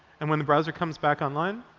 and when the browser comes back online,